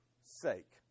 sake